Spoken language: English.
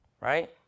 right